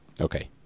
Okay